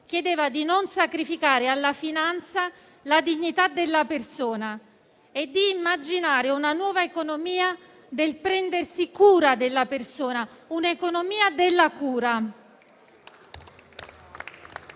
chiedeva di non sacrificare alla finanza la dignità della persona e di immaginare una nuova economia del prendersi cura della persona, un'economia della cura.